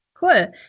Cool